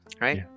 right